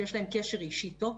שיש להם קשר אישי טוב,